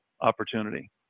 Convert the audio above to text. opportunity